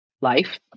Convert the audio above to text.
life